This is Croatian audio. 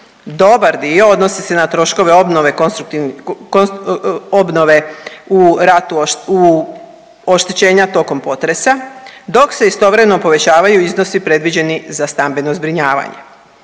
Dobar dio odnosi se na troškove obnove, obnove u ratu, u oštećenja tokom potresa dok se istovremeno povećavaju iznosi predviđeni za stambeno zbrinjavanje.